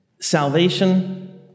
salvation